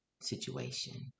situation